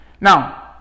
now